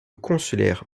consulaire